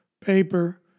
paper